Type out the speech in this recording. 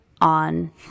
on